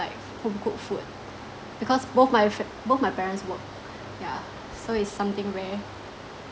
like home cooked food because both my fr~ both my parents work yeah so it's something rare